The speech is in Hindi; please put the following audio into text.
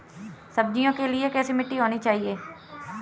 सब्जियों के लिए कैसी मिट्टी होनी चाहिए?